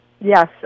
Yes